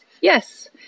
Yes